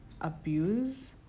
abuse